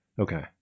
Okay